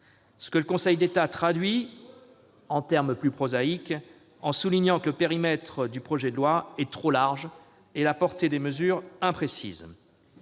ce que le Conseil d'État traduit, en termes plus policés, en soulignant que le périmètre du projet de loi est trop large et que la portée des mesures reste imprécise.